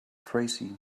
tracy